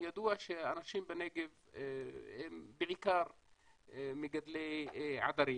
ידוע שהאנשים בנגב הם בעיקר מגדלי עדרים